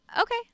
Okay